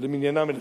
למניינם 1971,